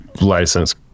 license